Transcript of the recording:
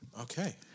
okay